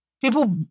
people